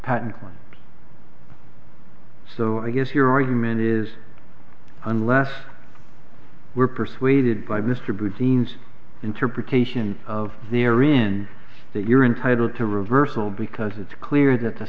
patent one so i guess your argument is unless we're persuaded by mr byrd scenes interpretation of there in that you're entitled to reversal because it's clear that the